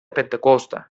pentecosta